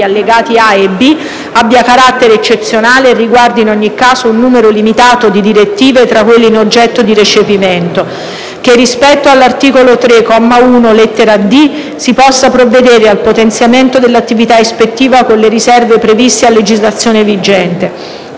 allegati A e B, abbia carattere eccezionale e riguardi in ogni caso un numero limitato di direttive tra quelle oggetto di recepimento; - che, rispetto all'articolo 3, comma 1, lettera *d)*, si possa provvedere al potenziamento dell'attività ispettiva con le risorse previste a legislazione vigente;